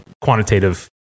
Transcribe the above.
quantitative